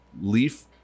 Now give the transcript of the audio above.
leaf